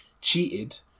cheated